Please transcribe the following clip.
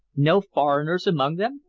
no foreigners among them?